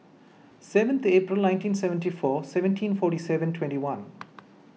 seventy April nineteen seventy four seventeen forty seven twenty one